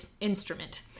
instrument